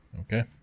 Okay